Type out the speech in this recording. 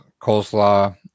coleslaw